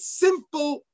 simple